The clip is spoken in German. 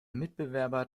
mitbewerber